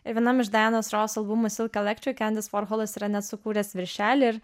ir vienam iš dianos ross albumų silk electric endis vorholas yra net sukūręs viršelį ir